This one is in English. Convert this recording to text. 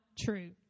true